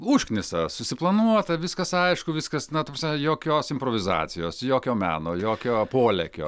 užknisa susiplanuota viskas aišku viskas na ta prasme jokios improvizacijos jokio meno jokio polėkio